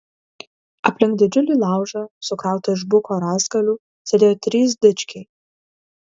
aplink didžiulį laužą sukrautą iš buko rąstgalių sėdėjo trys dičkiai